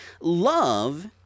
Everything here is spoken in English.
love